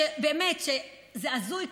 שבאמת, זה הזוי.